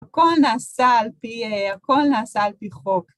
הכל נעשה על פי, הכל נעשה על פי חוק.